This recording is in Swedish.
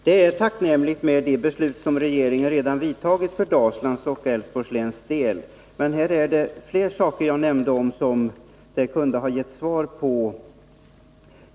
Herr talman! Det är tacknämligt med de beslut som regeringen redan har fattat för Dalslands och Älvsborgs läns del. Men jag tog upp fler frågor, som det kunde ha getts svar på.